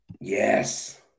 Yes